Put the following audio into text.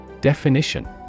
Definition